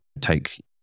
take